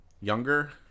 Younger